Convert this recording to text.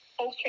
Okay